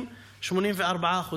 84%,